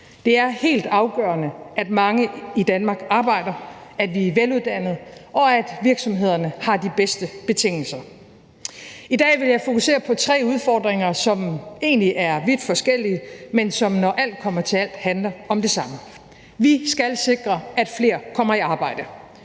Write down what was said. Det er helt afgørende, at mange i Danmark arbejder, at vi er veluddannede, og at virksomhederne har de bedste betingelser. I dag vil jeg fokusere på tre udfordringer, som egentlig er vidt forskellige, men som, når alt kommer til alt, handler om det samme. Vi skal sikre, at flere kommer i arbejde,